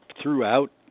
throughout